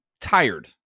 tired